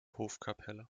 hofkapelle